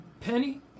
Penny